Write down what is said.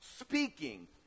speaking